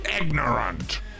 ignorant